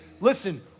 Listen